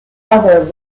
other